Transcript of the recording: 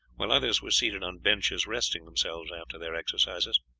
while others were seated on benches resting themselves after their exercises.